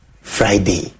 Friday